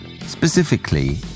Specifically